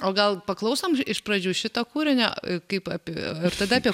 o gal paklausom iš pradžių šito kūrinio kaip apie ir tada apie